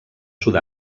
sud